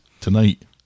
tonight